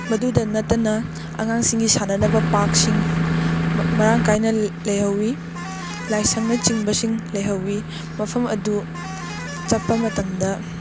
ꯃꯗꯨꯗ ꯅꯠꯇꯅ ꯑꯉꯥꯡꯁꯤꯡꯒꯤ ꯁꯥꯟꯅꯅꯕ ꯄꯥꯔꯛꯁꯤꯡ ꯃꯔꯥꯡ ꯀꯥꯏꯅ ꯂꯩꯍꯧꯋꯤ ꯂꯥꯏꯁꯪꯅ ꯆꯤꯡꯕꯁꯤꯡ ꯂꯩꯍꯧꯋꯤ ꯃꯐꯝ ꯃꯗꯨ ꯆꯠꯄ ꯃꯇꯝꯗ